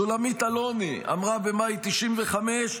שולמית אלוני אמרה במאי 1995: